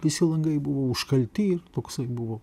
visi langai buvo užkalti toksai buvo